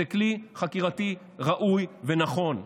זה כלי חקירתי ראוי ונכון,